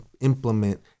implement